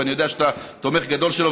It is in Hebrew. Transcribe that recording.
ואני יודע שאתה תומך גדול שלה,